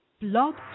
blog